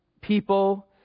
people